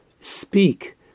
speak